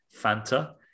Fanta